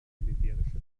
militärische